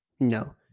No